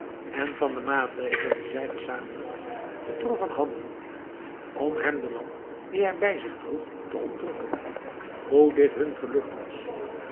en van de maatregelen die zij gezamenlijk getroffen hadden om hem de lamp die hij bij zich droeg te ontrukken hoe hun dit gelukt was